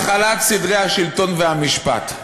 זה החלת סדרי השלטון והמשפט.